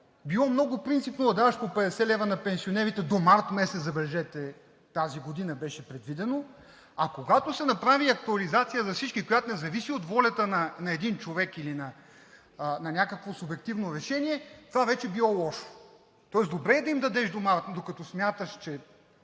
било много принципно да даваш по 50 лв. на пенсионерите до месец март, забележете, тази година беше предвидено, а когато се направи актуализация за всички, която не зависи от волята на един човек или на някакво субективно решение, това вече е било лошо. Тоест добре е да дадеш, докато смяташ, че